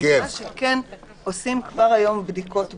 אני מבינה שכן עושים כבר היום בדיקות בשדה,